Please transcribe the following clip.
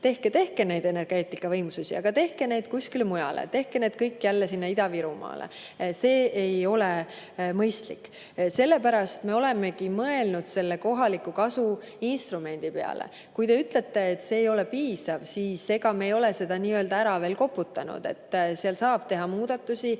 ütlevad: tehke neid energeetikavõimsusi, aga tehke neid kuskile mujale, tehke need kõik jälle sinna Ida-Virumaale. See ei ole mõistlik. Sellepärast me olemegi mõelnud selle kohaliku kasu instrumendi peale. Te ütlete, et see ei ole piisav. Ega me ei ole seda nii-öelda veel ära koputanud, seal saab teha muudatusi.